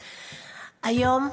היום,